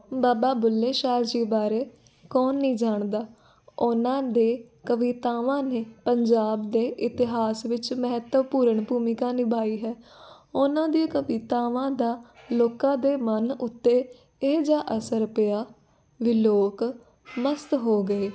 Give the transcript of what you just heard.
ਬਾਬਾ ਬੁੱਲੇ ਸ਼ਾਹ ਜੀ ਬਾਰੇ ਕੌਣ ਨਹੀਂ ਜਾਣਦਾ ਉਹਨਾਂ ਦੇ ਕਵਿਤਾਵਾਂ ਨੇ ਪੰਜਾਬ ਦੇ ਇਤਿਹਾਸ ਵਿੱਚ ਮਹੱਤਵਪੂਰਨ ਭੂਮਿਕਾ ਨਿਭਾਈ ਹੈ ਉਹਨਾਂ ਦੀਆਂ ਕਵਿਤਾਵਾਂ ਦਾ ਲੋਕਾਂ ਦੇ ਮਨ ਉੱਤੇ ਇਹੋ ਜਿਹਾ ਅਸਰ ਪਿਆ ਵੀ ਲੋਕ ਮਸਤ ਹੋ ਗਏ